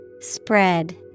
Spread